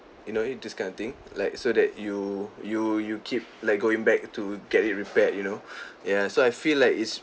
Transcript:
you know it this kind of thing like so that you you you keep like going back to get it repaired you know ya so I feel like it's